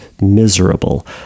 miserable